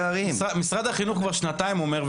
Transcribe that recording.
משרד החינוך כבר שנתיים אומר,